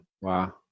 Wow